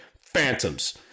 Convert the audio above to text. phantoms